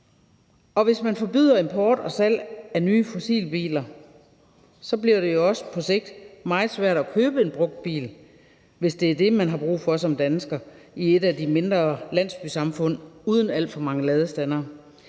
Hvis man forbyder import og salg af nye fossilbiler, bliver det jo også på sigt meget svært at købe en brugt bil, hvis det er det, man har brug for som dansker i et af de mindre landsbysamfund uden alt for mange ladestandere